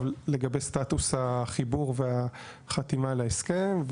לגבי סטטוס החיבור והחתימה על ההסכם,